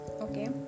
okay